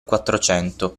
quattrocento